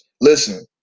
Listen